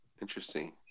Interesting